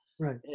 Right